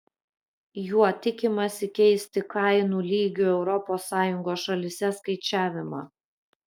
juo tikimasi keisti kainų lygių europos sąjungos šalyse skaičiavimą